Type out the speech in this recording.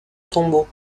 tombeau